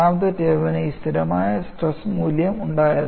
രണ്ടാമത്തെ ടേമിന് ഈ സ്ഥിരമായ സ്ട്രെസ് മൂല്യം ഉണ്ടായിരുന്നു